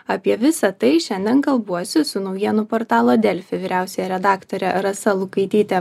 apie visa tai šiandien kalbuosi su naujienų portalo delfi vyriausiąja redaktore rasa lukaitytė